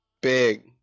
Big